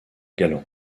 galland